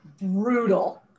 brutal